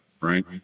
right